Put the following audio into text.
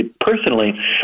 personally